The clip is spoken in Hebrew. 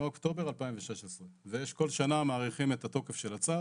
מאוקטובר 2016. וכל שנה מאריכים את התוקף של הצו.